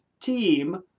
team